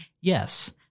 yes